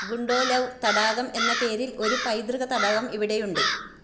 ഗുണ്ടോലവ് തടാകം എന്ന പേരിൽ ഒരു പൈതൃക തടാകം ഇവിടെയുണ്ട്